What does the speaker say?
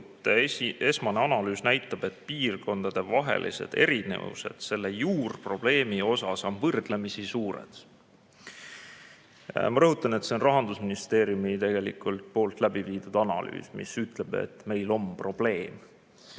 esmane analüüs näitab, et piirkondadevahelised erinevused selle juurprobleemi osas on võrdlemisi suured. Ma rõhutan, et see on Rahandusministeeriumi läbi viidud analüüs, mis ütleb, et meil on probleem.